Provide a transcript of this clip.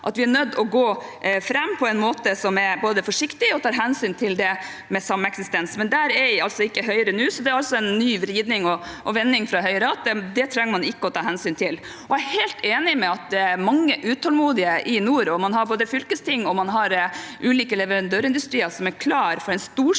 til å gå fram på en måte som både er forsiktig, og som tar hensyn til sameksistens, men der er altså ikke Høyre nå. Så det er en ny vridning og vending fra Høyre om at det trenger man ikke å ta hensyn til. Jeg er helt enig i at mange er utålmodige i nord, og man har både fylkesting og ulike leverandørindustrier som er klare for en storstilt